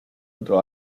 otro